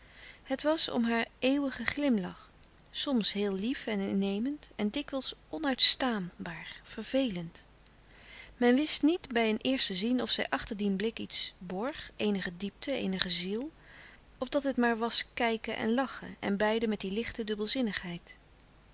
het was om haar eeuwigen glimlach soms heel lief en innemend en dikwijls onuitstaanbaar vervelend men wist niet bij een eerste zien of zij achter dien blik iets borg eenige diepte eenige ziel of dat het maar was kijken en lachen en beiden met die lichte